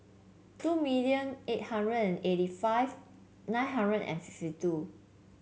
two million eight hundred eighty five nine hundred and fifty two